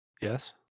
Yes